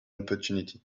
opportunity